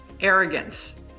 Arrogance